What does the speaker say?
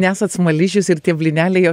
nesat smaližius ir tie blyneliai